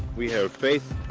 we have faith,